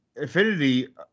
affinity